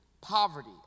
poverty